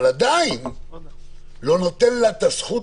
זה עדיין לא נותן לכחול